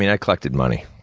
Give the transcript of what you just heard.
i collected money.